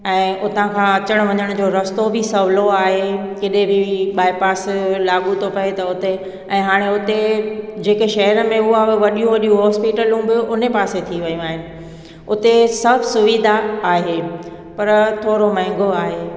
ऐं हुतां खां अचण वञण जो रस्तो बि सहुलो आहे केॾे बि बाएपास लाॻू थो पए त हुते ऐं हाणे हुते जेके शहर में उहा बि वॾियूं वॾियूं हॉस्पिटलूं बि उन पासे थी वियूं आहिनि हुते सभु सुविधा आहे पर थोरो महांगो आहे